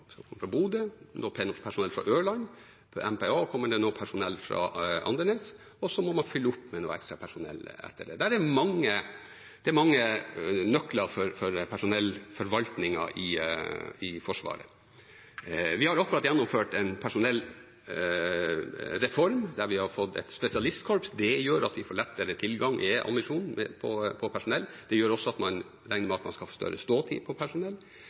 fra Ørland. Til MPA kommer det personell fra Andenes, og så må man fylle opp med ekstra personell etter det. Det er mange nøkler for personellforvaltningen i Forsvaret. Vi har akkurat gjennomført en personellreform der vi har fått et spesialistkorps. Det gjør at vi får lettere tilgang på personell, er ambisjonen. Det gjør også at man regner med at man får lengre ståtid for personell.